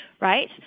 right